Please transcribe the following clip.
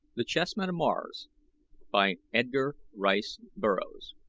the chessmen of mars by edgar rice burroughs